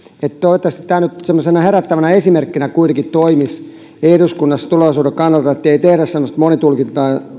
toivottavasti tämä nyt semmoisena herättävänä esimerkkinä kuitenkin toimisi eduskunnassa tulevaisuuden kannalta ettei tehdä semmoista monitulkintaa